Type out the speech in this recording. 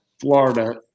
Florida